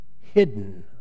hidden